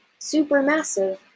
supermassive